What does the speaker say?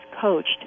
coached